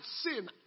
sin